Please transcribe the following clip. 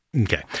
Okay